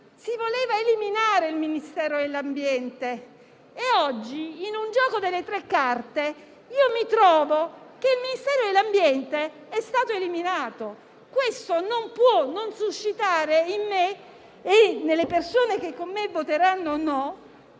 si voleva eliminare il Ministero dell'ambiente e oggi, in un gioco delle tre carte, vedo che il Ministero dell'ambiente è stato eliminato. Questo non può non suscitare in me - e nelle persone che come me voteranno no